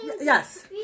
yes